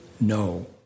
no